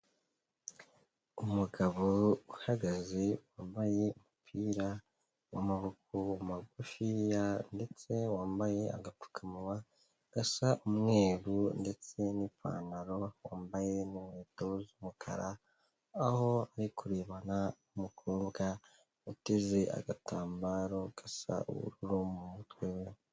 Umugabo uhagaze wambaye umupira w'amaboko magufiya ndetse wambaye agapfukamunwa gasa umweru ndetse n'ipantaro wambaye n'inkweto z'umukara aho ari kurebana n'umukobwa uteze agatambaro gasa ubururu mu mutwe we.